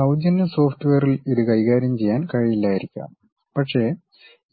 സൌജന്യ സോഫ്റ്റ്വെയറിൽ ഇത് കൈകാര്യം ചെയ്യാൻ കഴിയില്ലായിരിക്കാം പക്ഷേ